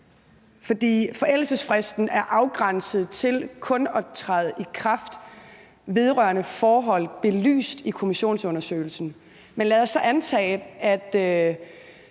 Forældelsesfristen er afgrænset til kun at træde i kraft vedrørende forhold belyst i kommissionsundersøgelsen. Men lad os så antage, at